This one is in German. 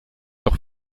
noch